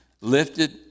lifted